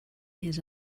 his